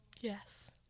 Yes